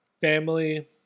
family